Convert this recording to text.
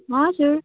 हजुर